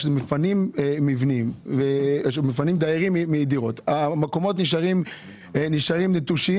כשמפנים דיירים מדירות המקומות נשארים נטושים.